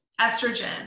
Estrogen